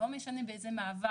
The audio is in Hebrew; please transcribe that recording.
לא משנה באיזה מעבר,